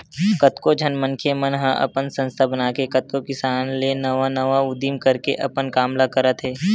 कतको झन मनखे मन ह अपन संस्था बनाके कतको किसम ले नवा नवा उदीम करके अपन काम ल करत हे